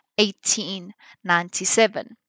1897